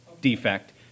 defect